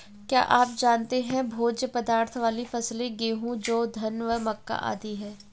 क्या आप जानते है भोज्य पदार्थ वाली फसलें गेहूँ, जौ, धान व मक्का आदि है?